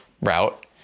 route